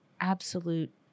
absolute